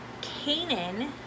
Canaan